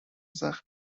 زخم